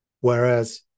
Whereas